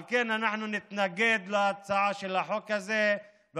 על כן, אנחנו נתנגד להצעת החוק הזאת.